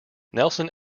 nelson